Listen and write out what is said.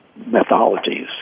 methodologies